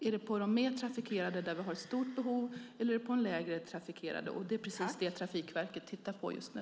Är det på de mer trafikerade banorna där vi har ett stort behov eller är det på de lägre trafikerade? Det är precis det Trafikverket tittar på just nu.